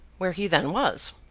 where he then was,